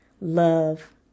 love